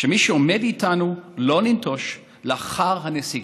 שאת מי שעומד איתנו לא ניטוש לאחר הנסיגה.